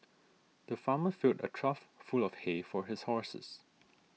the farmer filled a trough full of hay for his horses